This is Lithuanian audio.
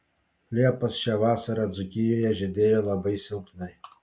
liepos šią vasarą dzūkijoje žydėjo labai silpnai